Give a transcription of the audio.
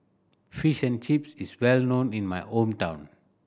Fish and Chips is well known in my hometown